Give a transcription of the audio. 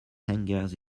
hangers